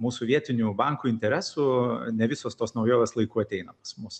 mūsų vietinių bankų interesų ne visos tos naujovės laiku ateina pas mus